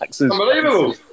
Unbelievable